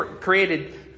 created